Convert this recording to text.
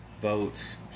votes